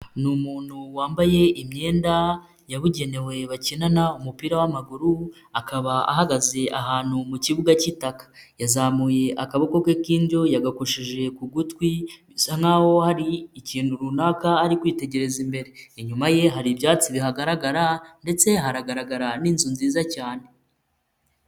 Ni umuntu wambaye imyenda yabugenewe bakinana umupira w'amaguru akaba ahagaze ahantu mu kibuga cy'itaka, yazamuye akaboko ke k'indyo yagakoshije ku gutwi bisa nkaho hari ikintu runaka ari kwitegereza imbere, inyuma ye hari ibyatsi bihagaragara ndetse haragaragara n'inzu nziza cyane.